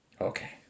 Okay